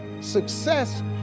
Success